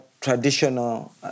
Traditional